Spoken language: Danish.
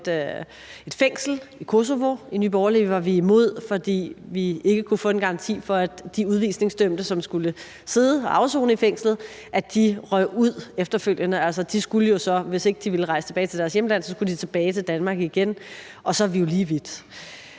fængsel i Kosovo. I Nye Borgerlige var vi imod, fordi vi ikke kunne få en garanti for, at de udvisningsdømte, som skulle sidde og afsone i fængslet, røg ud efterfølgende. Altså, hvis ikke de ville rejse tilbage til deres hjemland, skulle de tilbage til Danmark igen, og så er vi jo lige vidt.